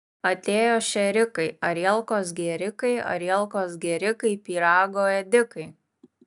atėjo šėrikai arielkos gėrikai arielkos gėrikai pyrago ėdikai